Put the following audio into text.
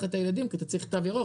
את הילדים אליהם כי אתה צריך תו ירוק,